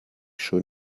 schon